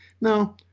Now